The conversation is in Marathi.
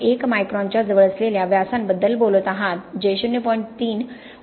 1 मायक्रॉनच्या जवळ असलेल्या व्यासांबद्दल बोलत आहात जे 0